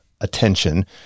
attention